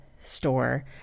store